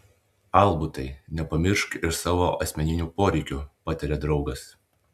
albutai nepamiršk ir savo asmeninių poreikių patarė draugas